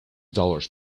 dollars